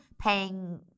paying